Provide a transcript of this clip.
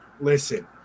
Listen